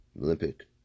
Olympic